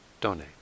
donate